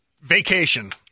Vacation